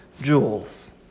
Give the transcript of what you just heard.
jewels